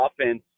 offense